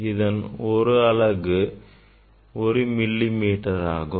இதன் ஒரு அலகு ஒரு மில்லி மீட்டராகும்